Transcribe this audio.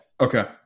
okay